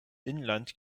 inland